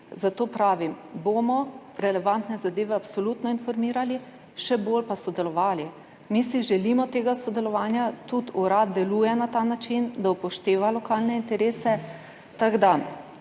zato pravim, o relevantnih zadevah bomo absolutno informirali, še bolj pa sodelovali. Mi si želimo tega sodelovanja. Tudi urad deluje na ta način, da upošteva lokalne interese.